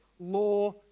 Law